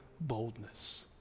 boldness